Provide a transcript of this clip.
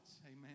amen